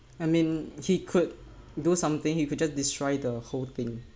I mean he could do something he could just destroy the whole thing